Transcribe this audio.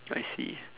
I see